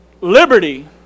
liberty